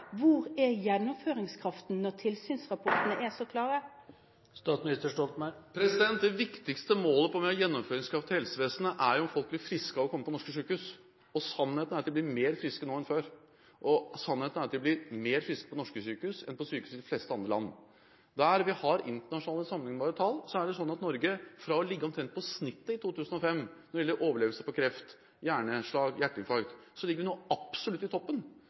Hvor er gjennomføringskraften når tilsynsrapportene er så klare? Det viktigste målet på om vi har gjennomføringskraft i helsevesenet, er om folk blir friske av å komme på norske sykehus. Sannheten er at de blir mer friske nå enn før. Sannheten er at de blir mer friske på norske sykehus enn på sykehus i de fleste andre land. Der vi har internasjonalt sammenlignbare tall, er det sånn at Norge, fra å ligge på omtrent gjennomsnittet i 2005 når det gjelder overlevelse på kreft, hjerneslag og hjerteinfarkt, ligger nå absolutt i toppen.